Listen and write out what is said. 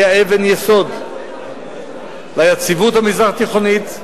היה אבן יסוד של היציבות המזרח-תיכונית,